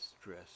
stress